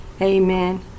Amen